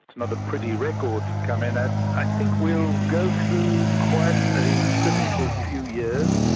it's not a pretty record to come in at. i think we'll go through quite a difficult few years,